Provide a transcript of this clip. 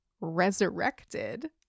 resurrected